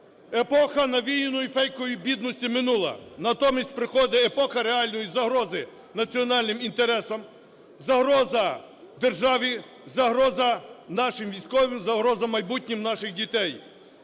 Епоха навіяної фейкової бідності минула. Натомість приходить епоха реальної загрози національним інтересам, загроза державі, загроза нашим військовим, загроза майбутньому наших дітей.